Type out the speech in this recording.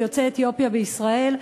של יוצאי אתיופיה בישראל,